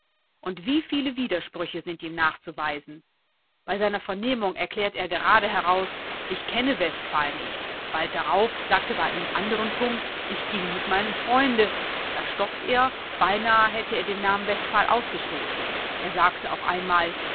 und wie viele widersprüche sind ihm nachzuweisen bei seiner vernehmung erklärte er gerade heraus ich kenne westphal nicht bald darauf sagt er bei einem anderen punkt ich ging mit meinem freunde da stockt er beinahe hätte er den namen westphal ausgestoßen er sagte auch einmal